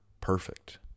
perfect